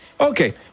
okay